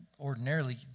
ordinarily